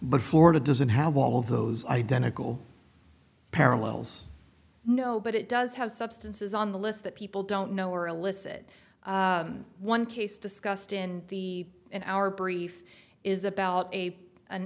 but for the doesn't have all of those identical parallels no but it does have substances on the list that people don't know or illicit one case discussed in the in our brief is about a an